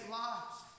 lives